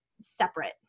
separate